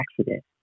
accident